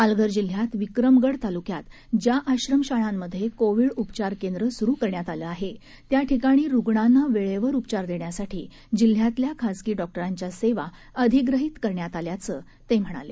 पालघर जिल्हयात विक्रमगड तालुक्यात ज्या आश्रमशाळांमध्ये कोविड उपचार केंद्र सुरु करण्यात आलं आहे त्या ठिकाणी रुग्णांना वेळेवर उपचार देण्यासाठी जिल्हयातल्या खाजगी डॉक्टरांच्या सेवा अधिग्रहीत करण्यात आल्याचं ते म्हणाले